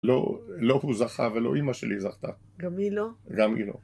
לא לא הוא זכה ולא אימא שלי זכתה. גם היא לא? גם היא לא.